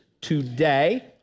today